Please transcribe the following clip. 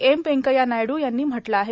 M Venkaiah Naidu यांनी म्हटलं आहे